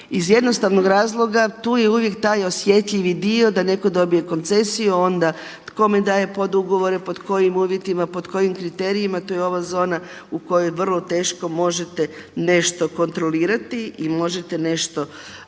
iz jednostavnog razloga tu je uvijek taj osjetljivi dio da netko dobije koncesiju, onda kome daje podugovore, pod kojim uvjetima, pod kojim kriterijima. To je ova zona u kojoj vrlo teško možete nešto kontrolirati i možete nešto utvrditi,